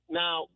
now –